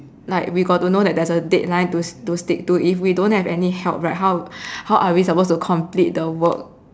like we got to know that there's a deadline to to stick to if we don't have any help right how how are we supposed to complete the work